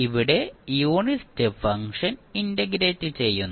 ഇവിടെ unit step function integrate ചെയ്യുന്നു